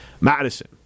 Madison